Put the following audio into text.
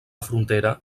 frontera